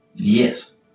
Yes